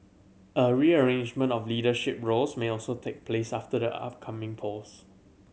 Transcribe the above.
a rearrangement of leadership roles may also take place after the upcoming polls